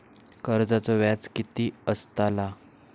कर्जाचो व्याज कीती असताला?